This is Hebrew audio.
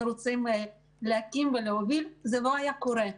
רוצים להקים ולהוביל זה לא היה קורה.